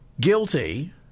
guilty